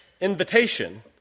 invitation